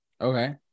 Okay